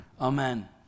Amen